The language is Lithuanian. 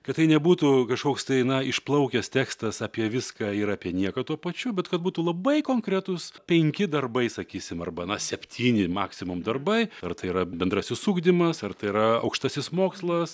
kad tai nebūtų kažkoks tai na išplaukęs tekstas apie viską ir apie nieką tuo pačiu bet kad būtų labai konkretūs penki darbai sakysim arba na septyni maksimum darbai ar tai yra bendrasis ugdymas ar tai yra aukštasis mokslas